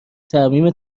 ترمیم